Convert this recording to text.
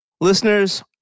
Listeners